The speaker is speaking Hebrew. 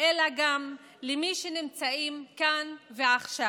אלא גם למי שנמצאים כאן ועכשיו,